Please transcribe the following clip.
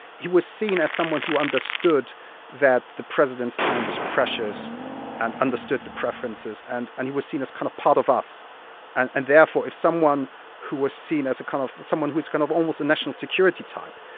he was seen as someone who understood that the president's time was precious and understood the preferences. and and he was seen as kind of part of us and and therefore, if someone who was seen as a kind of someone who was kind of almost a national security type.